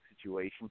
situation